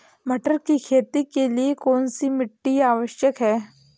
मटर की खेती के लिए कौन सी मिट्टी आवश्यक है?